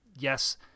Yes